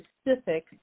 specific